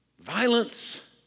Violence